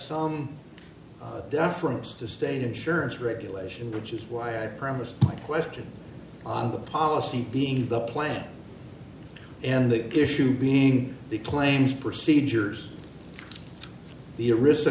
some deference to state insurance regulation which is why i promised my question on the policy being the plan and the issue being the claims procedures the